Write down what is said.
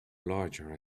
larger